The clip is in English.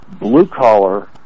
blue-collar